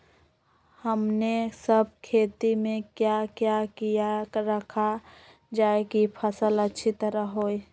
हमने सब खेती में क्या क्या किया रखा जाए की फसल अच्छी तरह होई?